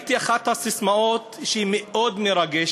ראיתי את אחת הססמאות, שהיא מאוד מרגשת: